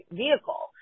vehicle